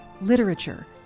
literature